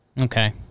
Okay